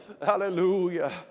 hallelujah